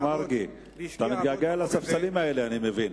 השר מרגי, אתה מתגעגע לספסלים האלה, אני מבין.